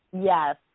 Yes